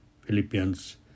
Philippians